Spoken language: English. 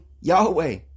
Yahweh